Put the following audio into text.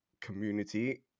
community